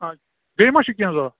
آ بیٚیہِ ما چھُ کیٚنٛہہ ضروٗرت